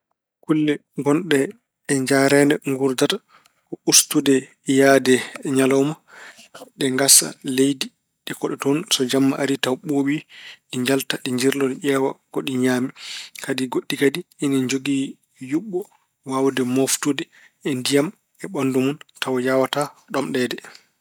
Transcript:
Kulle ngonɗe e njareende nguurdada ko ustude yahde ñalawma. Ɗe ngasa leydi, ɗe koɗa toon. So jamma ari tawa ɓuuɓi, ɗi njalta, ɗi njirlo, ɗi ƴeewa ko ɗi ñaami. Kadi goɗɗi kadi ine njogii yuɓɓo waawde mooftude ndiyam e ɓanndu mun tawa yaawataa ɗomɗeede.